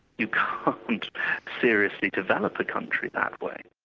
you can't seriously develop a country that way.